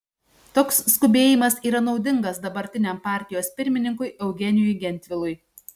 toks skubėjimas yra naudingas dabartiniam partijos pirmininkui eugenijui gentvilui